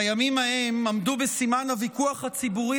הימים ההם עמדו בסימן הוויכוח הציבורי